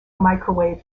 microwave